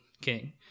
king